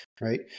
right